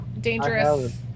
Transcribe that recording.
dangerous